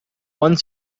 one